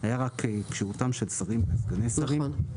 היה רק "כשירותם של שרים וסגני שרים".